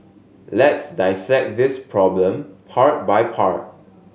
let's dissect this problem part by part